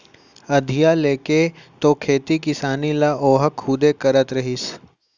अधिया लेके तो खेती किसानी ल ओहा खुदे करत रहिस